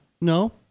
No